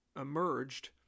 emerged